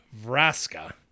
Vraska